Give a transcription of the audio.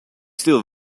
still